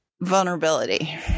Vulnerability